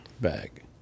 Bag